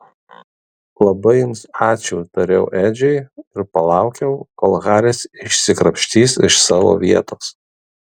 labai jums ačiū tariau edžiui ir palaukiau kol haris išsikrapštys iš savo vietos